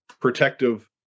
protective